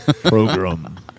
Program